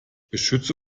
beschütze